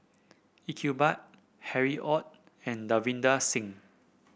Iqbal Harry Ord and Davinder Singh